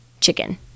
chicken